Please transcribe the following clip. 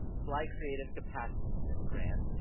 bly creative capacity grant,